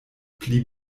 pli